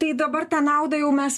tai dabar tą naudą jau mes